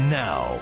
now